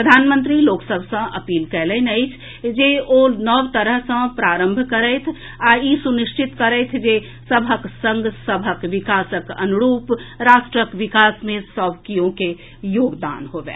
प्रधानमंत्री लोकसभ सॅ अपील कयलनि अछि जे ओ नव तरह सॅ प्रारंभ करथि आ ई सुनिश्चित करथि जे सभक संग सभक विकासक अनुरूप राष्ट्रक विकास मे सभ कियो कें योगदान होबय